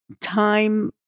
time